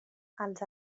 els